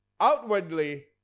outwardly